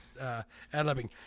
ad-libbing